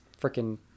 freaking